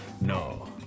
No